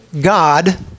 God